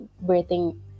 breathing